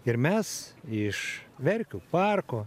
ir mes iš verkių parko